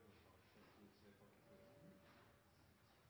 meg si takk